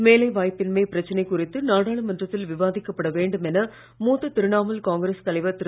வேலை வாய்ப்பின்மை பிரச்சனை குறித்து நாடாளுமன்றத்தில் விவாதிக்கப்பட வேண்டும் என மூத்த திரிணாமுல் காங்கிரஸ் தலைவர் திரு